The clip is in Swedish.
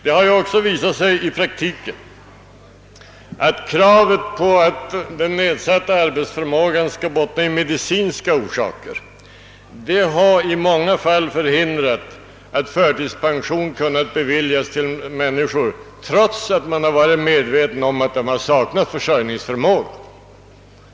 Det har också visat sig i praktiken att kravet på att den nedsatta arbetsförmågan skall ha medicinska orsaker i många fall har förhindrat att förtidspension kunnat beviljas människor, trots att man har varit medveten om att de saknat försörjningsförmåga.